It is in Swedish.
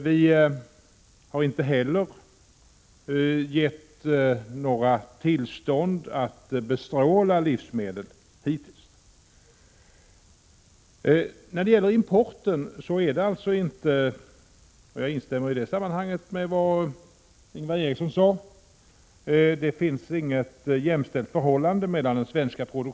Vi har hittills inte heller givit några tillstånd att bestråla livsmedel. Det finns inget jämställt förhållande mellan den svenska produktionen och importen — på den punkten instämmer jag i vad Ingvar Eriksson sade.